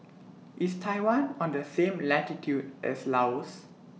IS Taiwan on The same latitude as Laos